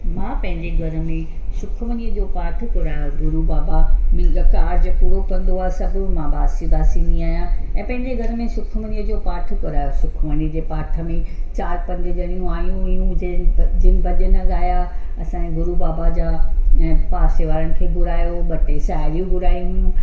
मां पंहिंजे घर में सुखमनीअ जो पाठु करायो गुरू बाबा मुंहिंजा कार्ज पूरो कंदो आहे सभु मां बासियूं बासींदी आहियां ऐं पंहिंजे घर में सुखमनीअ जो पाठु करायो सुखमनीअ जे पाठ में चारि पंज ॼणियूं आहियूं हुयूं जंहिंनि जिनि भॼन ॻाया असांजे गुरू बाबा जा ऐं पासे वारनि खे घुरायो ॿ टे साहेड़ियूं घुरायूं हुयूं